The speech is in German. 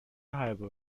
halbe